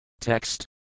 Text